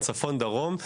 צפון דרום,